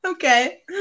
Okay